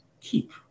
keep